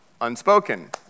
unspoken